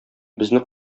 безне